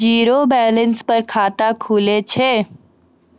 Zero balance पर खाता खुले छै?